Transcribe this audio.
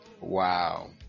wow